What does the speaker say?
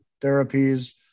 therapies